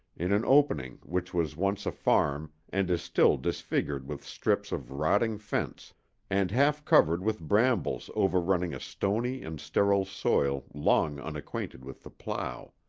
in an opening which was once a farm and is still disfigured with strips of rotting fence and half covered with brambles overrunning a stony and sterile soil long unacquainted with the plow.